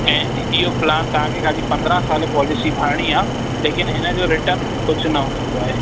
ऐं इहो प्लान तव्हांखे ख़ाली पंदरहां साल पॉलिसी भरिणी आहे लेकिन हिनजो रिटर्न कुझु न हूंदो आहे